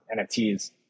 NFTs